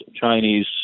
Chinese